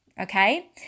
okay